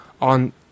on